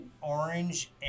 orange